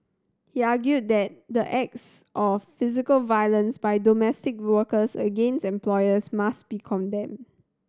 he argued that the acts of physical violence by domestic workers against employers must be condemned